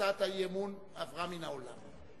הצעת האי-אמון עברה מן העולם.